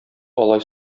алай